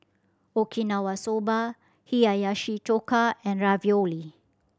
Okinawa Soba Hiyashi Chuka and Ravioli